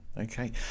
Okay